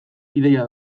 ideia